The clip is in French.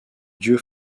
dieu